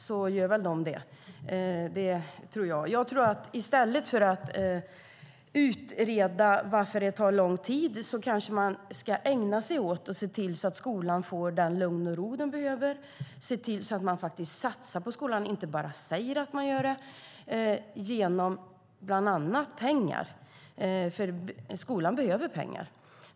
Då gör de väl det - det tror jag. I stället för att utreda varför det tar lång tid kanske man ska ägna sig åt att se till att skolan får det lugn och den ro den behöver och se till att man faktiskt satsar på skolan, inte bara säger att man gör det, genom bland annat pengar. För skolan behöver pengar.